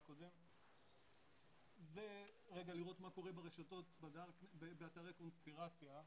זה כדי לראות מה קורה ברשתות, באתרי קונספירציה.